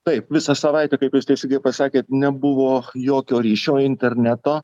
taip visą savaitę kaip jūs teisingai pasakėt nebuvo jokio ryšio interneto